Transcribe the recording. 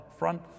upfront